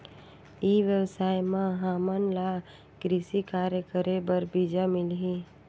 ई व्यवसाय म हामन ला कृषि कार्य करे बर बीजा मिलही?